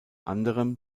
anderem